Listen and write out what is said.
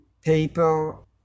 people